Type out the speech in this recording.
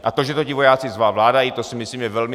A to, že to ti vojáci zvládají, to si myslím, je velmi...